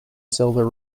silver